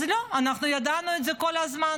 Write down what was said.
אז לא, אנחנו ידענו את זה כל הזמן,